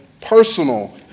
personal